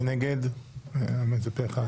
פה אחד.